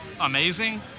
amazing